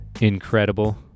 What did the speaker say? incredible